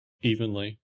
evenly